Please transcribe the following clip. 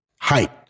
height